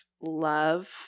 love